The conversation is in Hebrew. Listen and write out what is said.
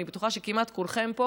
אני בטוחה שכמעט כולכם פה